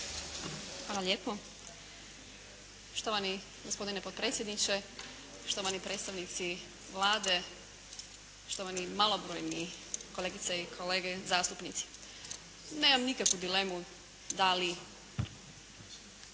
Hvala lijepo. Štovani gospodine potpredsjedniče, štovani predstavnici Vlade, štovani malobrojni kolegice i kolege zastupnici. Nemam nikakvu dilemu da li